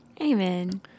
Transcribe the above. Amen